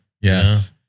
Yes